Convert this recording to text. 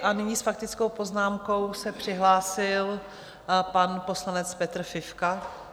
A nyní s faktickou poznámkou se přihlásil pan poslanec Petr Fifka.